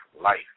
life